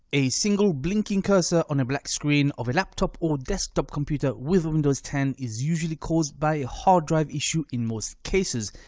a single blinking cursor on a black screen of a laptop or desktop computer with windows ten is usually caused by a hard drive issue in most cases,